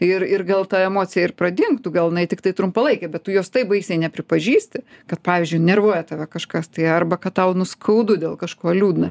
ir ir gal ta emocija ir pradingtų gal jinai tiktai trumpalaikė bet tu jos taip baisiai nepripažįsti kad pavyzdžiui nervuoja tave kažkas tai arba kad tau nu skaudu dėl kažko liūdna